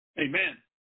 Amen